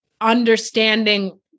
understanding